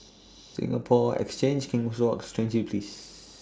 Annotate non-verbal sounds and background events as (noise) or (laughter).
(noise) Singapore Exchange King's Walk Stangee Place (noise)